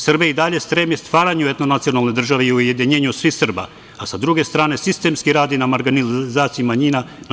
Srbija i dalje stremi stvaranju jedne nacionalne države i ujedinjenju svih Srba, a sa druge strane sistemski radi na marginalizaciji manjina, na